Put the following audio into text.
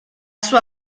sua